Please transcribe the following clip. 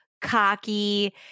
cocky